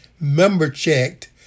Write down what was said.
member-checked